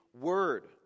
word